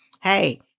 Hey